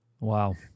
Wow